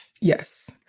Yes